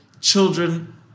children